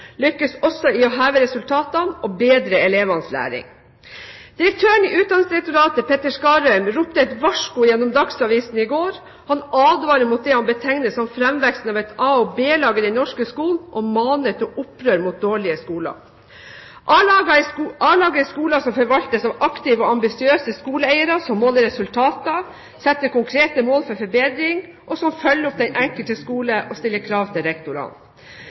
heve resultatene og bedre elevenes læring. Direktøren i Utdanningsdirektoratet, Petter Skarheim, ropte et varsku gjennom Dagsavisen i går. Han advarer mot det han betegner som framveksten av et A- og B-lag i den norske skolen, og maner til opprør mot dårlige skoler. A-laget er skoler som forvaltes av aktive og ambisiøse skoleeiere som måler resultater, setter konkrete mål for forbedring, følger opp den enkelte skole og stiller krav til rektorene.